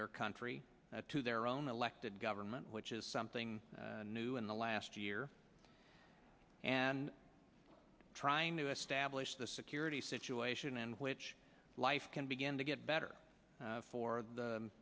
their country to their own elected government which is something new in the last year and trying to establish the security situation and which life can begin to get better for the